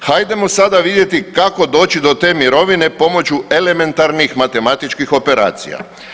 Hajdemo sada vidjeti kako doći do te mirovine pomoću elementarnih matematičkih operacija.